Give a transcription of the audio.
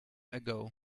ago